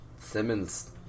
Simmons